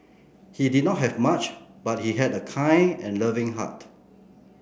he did not have much but he had a kind and loving heart